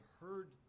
heard